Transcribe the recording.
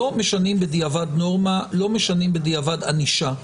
לא משנים בדיעבד נורמה, לא משנים בדיעבד ענישה.